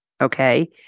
Okay